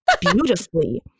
beautifully